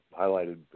highlighted